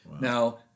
Now